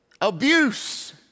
Abuse